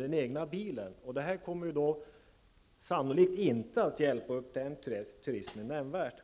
den egna bilen. Den turismen kommer sannolikt inte att hjälpas nämnvärt.